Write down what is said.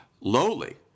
lowly